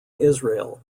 israel